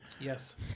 Yes